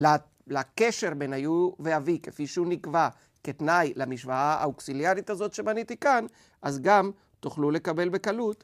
לקשר בין היו ואווי, כפי שהוא נקבע כתנאי למשוואה האוקסיליארית הזאת שבניתי כאן, אז גם תוכלו לקבל בקלות.